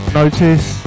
notice